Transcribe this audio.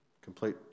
complete